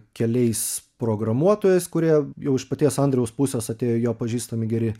keliais programuotojais kurie jau iš paties andriaus pusės atėjo jo pažįstami geri